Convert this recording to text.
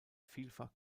vielfach